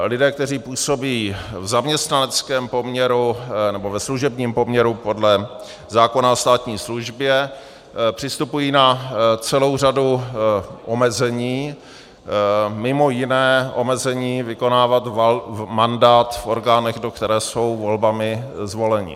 Lidé, kteří působí v zaměstnaneckém poměru nebo ve služebním poměru podle zákona o státní službě, přistupují na celou řadu omezení, mimo jiné omezení vykonávat mandát v orgánech, do které jsou volbami zvoleni.